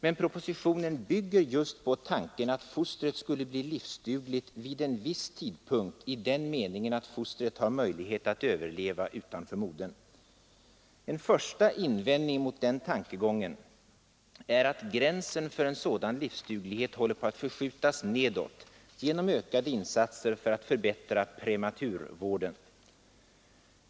Men propositionen bygger just på tanken att fostret skulle bli livsdugligt vid en viss tidpunkt i den meningen att fostret har möjlighet att överleva utanför modern. En första invändning mot denna tankegång är att gränsen för en sådan livsduglighet håller på att förskjutas nedåt genom ökade insatser för att förbättra prematurvården.